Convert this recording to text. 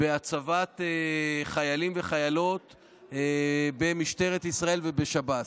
בהצבת חיילים וחיילות במשטרת ישראל ובשב"ס.